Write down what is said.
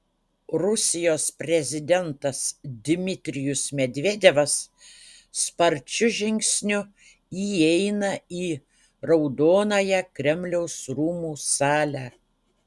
rusijos prezidentas dmitrijus medvedevas sparčiu žingsniu įeina į raudonąją kremliaus rūmų salę